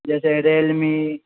جیسے ریئل می